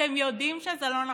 אתם יודעים שזה לא נכון.